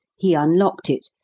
he unlocked it,